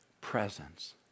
presence